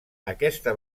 aquesta